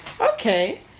Okay